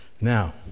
Now